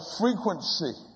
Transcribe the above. frequency